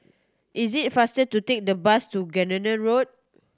is it faster to take the bus to Gardenia Road